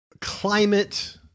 climate